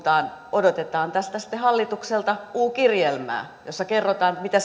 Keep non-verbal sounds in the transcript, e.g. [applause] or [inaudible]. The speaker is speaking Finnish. odotetaan tästä hallitukselta u kirjelmää jossa kerrotaan miten [unintelligible]